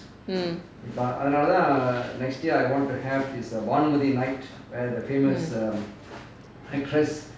mm mm